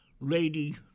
lady